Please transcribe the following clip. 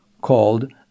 called